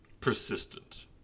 persistent